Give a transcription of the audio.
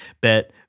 but-